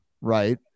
Right